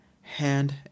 hand